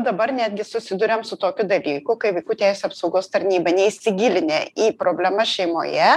dabar netgi susiduriam su tokiu dalyku kai vaikų teisių apsaugos tarnyba neįsigilinę į problemas šeimoje